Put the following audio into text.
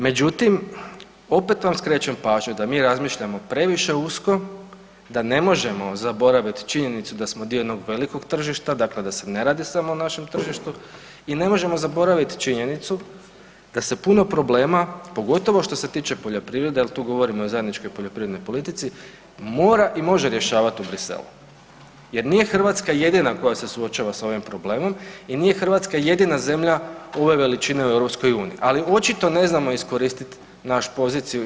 Međutim, opet vam skrećem pažnju da mi razmišljamo previše usko, da ne možemo zaboraviti činjenicu da smo dio jednog velikog tržišta da se ne radi samo o našem tržištu i ne možemo zaboraviti činjenicu da se puno problema, pogotovo što se tiče poljoprivrede jel tu govorimo i o zajedničkoj poljoprivrednoj politici mora i može rješavati u Bruxellesu jer nije Hrvatska jedina koja se suočava sa ovim problemom i nije Hrvatska jedina zemlja ove veličine u EU, ali očito ne znamo iskoristiti našu poziciju i